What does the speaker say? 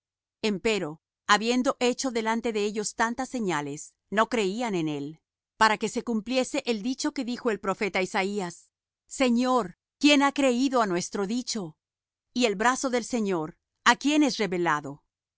ellos empero habiendo hecho delante de ellos tantas señales no creían en él para que se cumpliese el dicho que dijo el profeta isaías señor quién ha creído á nuestro dicho y el brazo del señor á quién es revelado